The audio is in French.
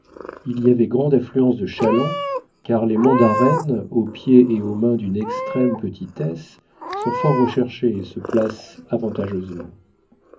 il y avait grande affluence de chalands car les mandaraines aux pieds et aux mains d'une extrême petitesse sont fort recherchées et se placent avantageusement